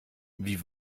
wie